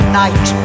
night